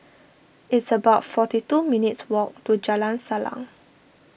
it's about forty two minutes' walk to Jalan Salang